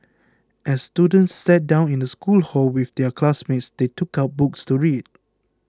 as students sat down in the school hall with their classmates they took out books to read